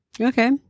Okay